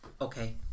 Okay